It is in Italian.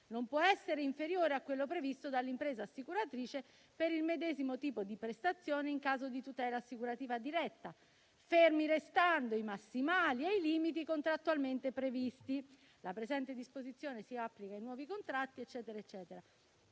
non può essere inferiore a quello previsto dall'impresa assicuratrice per il medesimo tipo di prestazione in caso di tutela assicurativa diretta, fermi restando i massimali e i limiti contrattualmente previsti. Le disposizioni di cui al presente articolo si applicano ai nuovi contratti (...)», eccetera.